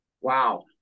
Wow